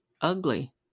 ugly